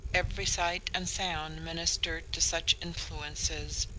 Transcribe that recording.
every sight and sound ministered to such influences,